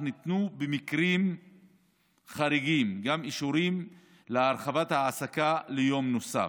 במקרים חריגים ניתנו גם אישורים להרחבת ההעסקה ליום נוסף.